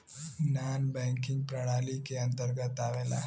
नानॅ banking प्रणाली के अंतर्गत आवेला